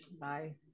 bye